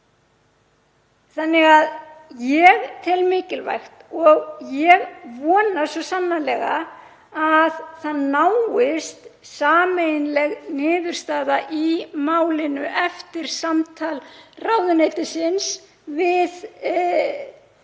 að huga að. Ég tel því mikilvægt og ég vona svo sannarlega að það náist sameiginleg niðurstaða í málinu eftir samtal ráðuneytisins við